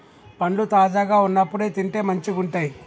పండ్లు తాజాగా వున్నప్పుడే తింటే మంచిగుంటయ్